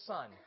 Son